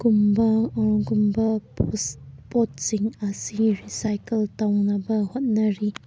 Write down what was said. ꯀꯨꯝꯕ ꯑꯣꯔ ꯒꯨꯝꯕ ꯄꯣꯠꯁꯤꯡ ꯑꯁꯤ ꯔꯤꯁꯥꯏꯀꯜ ꯇꯧꯅꯕ ꯍꯣꯠꯅꯔꯤ